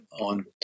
on